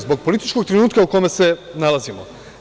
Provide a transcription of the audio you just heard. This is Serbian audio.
Zbog političkom trenutka u kome se nalazimo.